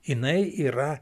jinai yra